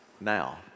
now